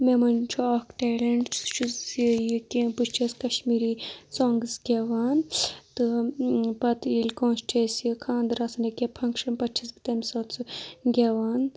مےٚ منٛز چھُ اکھ ٹیلنٛٹ سُہ چھُ زِ یہِ کہِ بہٕ چھَس کَشمیٖری سانٛگٕس گیٚوان تہٕ پَتہٕ ییٚلہِ کٲنٛسہِ چھِ اَسہِ یہِ خاندَر آسان یا کینٛہہ پھَنٛگشَن پَتہٕ چھَس بہٕ تَمہِ ساتہٕ سُہ گیٚوان